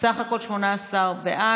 סך הכול 18 בעד.